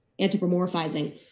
anthropomorphizing